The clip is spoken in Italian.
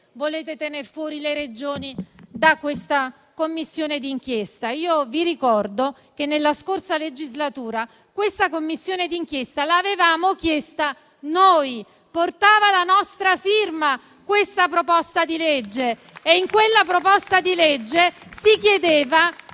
volete tener fuori le Regioni da questa Commissione d'inchiesta. Vi ricordo che nella scorsa legislatura questa Commissione d'inchiesta l'avevamo chiesta noi, portava la nostra firma il disegno di legge in cui si chiedeva